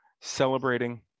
celebrating